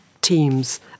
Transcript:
teams